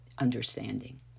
understanding